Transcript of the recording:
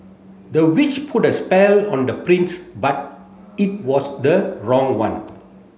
the witch put a spell on the prince but it was the wrong one